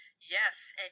Yes